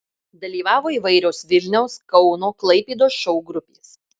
dalyvavo įvairios vilniaus kauno klaipėdos šou grupės